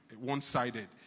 one-sided